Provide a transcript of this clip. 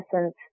essence